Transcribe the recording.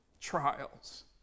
trials